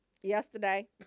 yesterday